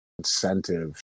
incentive